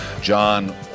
John